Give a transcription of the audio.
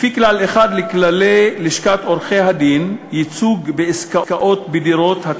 לפי כלל 1 לכללי לשכת עורכי-הדין (ייצוג בעסקאות בדירות),